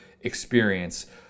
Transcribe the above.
experience